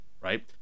Right